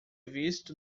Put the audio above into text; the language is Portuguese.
visto